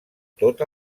tot